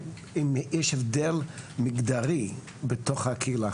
אם יש הבדל מגדרי בתוך הקהילה,